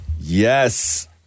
Yes